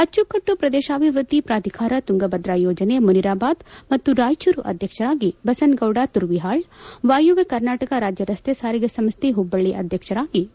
ಅಚ್ಚುಕಟ್ಟು ಪ್ರದೇಶಾಭಿವೃದ್ಧಿ ಪ್ರಾಧಿಕಾರ ತುಂಗಾಭದ್ರ ಯೋಜನೆ ಮುನಿರಾಬಾದ್ ಮತ್ತು ರಾಯಚೂರು ಅಧ್ಯಕ್ಷರಾಗಿ ಬಸನಗೌಡ ತುರವಿಹಾಳ್ ವಾಯವ್ಯ ಕರ್ನಾಟಕ ರಾಜ್ಯ ರಸ್ತೆ ಸಾರಿಗೆ ಸಂಸ್ಥೆ ಹುಬ್ಬಳ್ಳಿ ಅಧ್ಯಕ್ಷರಾಗಿ ವಿ